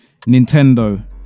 nintendo